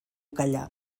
callar